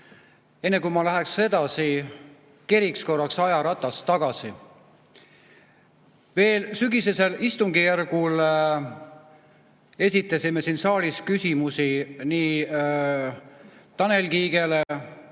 Enne kui ma lähen edasi, keriks korraks ajaratast tagasi. Veel sügisesel istungjärgul esitasime siin saalis küsimusi nii Tanel Kiigele